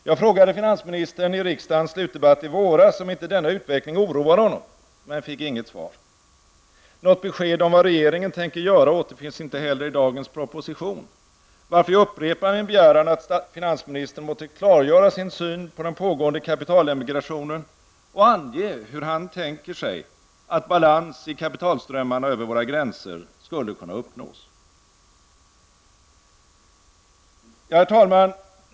Jag frågade finansministern i riksdagens slutdebatt i våras, om inte denna utveckling oroar honom men fick inget svar. Något besked om vad regeringen tänker göra återfinns inte heller i dagens proposition, varför jag upprepar min begäran att finansministern måtte klargöra sin syn på den pågående kapitalemigrationen och ange hur han tänker sig att balans i kapitalströmmarna över våra gränser skulle kunna uppnås. Herr talman!